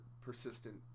persistent